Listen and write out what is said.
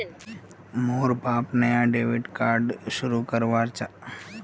मोर बाप नाया डेबिट कार्ड शुरू करवा चाहछेक इटा कुंदीर हतेक